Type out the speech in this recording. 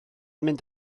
mynd